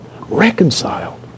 Reconciled